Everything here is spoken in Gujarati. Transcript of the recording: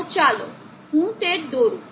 તો ચાલો હું તે દોરુ